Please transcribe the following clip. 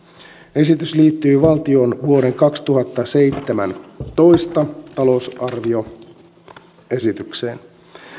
esitys liittyy valtion vuoden kaksituhattaseitsemäntoista talousarvioesitykseen